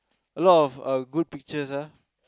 a lot uh good pictures ah